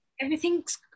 everything's